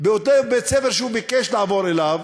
באותו בית-ספר שהוא ביקש לעבור אליו,